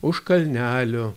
už kalnelio